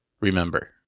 remember